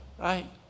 right